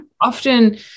often